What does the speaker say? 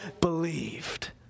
believed